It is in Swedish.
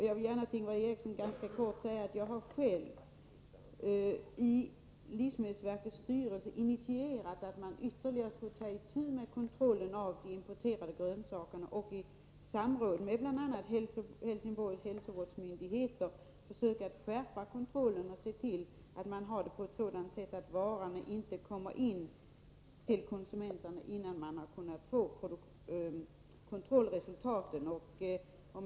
Jag vill till Ingvar Eriksson helt kort säga att jag själv i livsmedelsverkets styrelse har initierat att man ytterligare skall ta itu med kontrollen av de importerade grönsakerna och i samråd med bl.a. Helsingborgs hälsovårdsmyndigheter försöka skärpa kontrollen och se till att varorna inte kommer till konsumenterna innan man har fått kontrollresultaten.